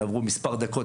יעברו מספר דקות,